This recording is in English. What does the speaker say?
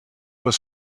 was